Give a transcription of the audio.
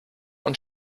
und